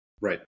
Right